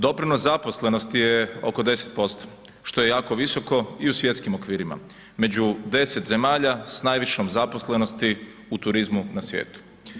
Doprinos zaposlenosti je oko 10%, što je jako visoko i u svjetskim okvirima, među 10 zemalja s najvišom zaposlenosti u turizmu na svijetu.